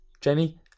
Jamie